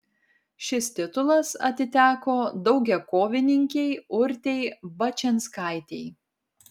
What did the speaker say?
šis titulas atiteko daugiakovininkei urtei bačianskaitei